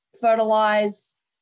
fertilize